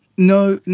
no,